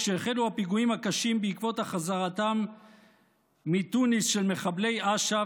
כשהחלו הפיגועים הקשים בעקבות החזרתם מתוניס של מחבלי אש"ף,